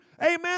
amen